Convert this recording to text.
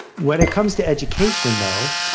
when it comes to education, though,